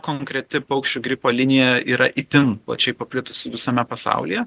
konkreti paukščių gripo linija yra itin plačiai paplitusi visame pasaulyje